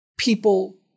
People